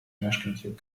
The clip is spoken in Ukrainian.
мешканців